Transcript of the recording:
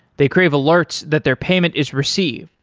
they crave alerts that their payment is received.